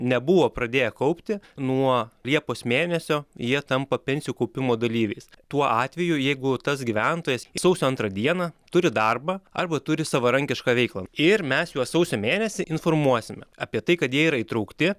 nebuvo pradėję kaupti nuo liepos mėnesio jie tampa pensijų kaupimo dalyviais tuo atveju jeigu tas gyventojas sausio antrą dieną turi darbą arba turi savarankišką veiklą ir mes juos sausio mėnesį informuosime apie tai kad jie yra įtraukti